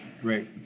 Great